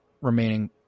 remaining